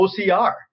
OCR